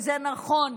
וזה נכון,